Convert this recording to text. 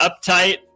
uptight